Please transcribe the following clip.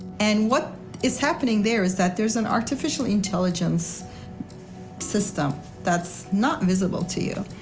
and what is happening there is that there's an artificial intelligence system that's not visible to you,